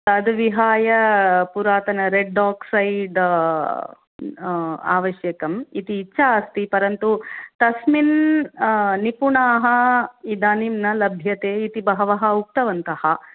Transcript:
तद् विहाय पुरातन रेड् ओक्सैड् आवश्यकम् इति इच्छा अस्ति परन्तु तस्मिन् निपुणाः इदानीं न लभ्यते इति बहवः उक्तवन्तः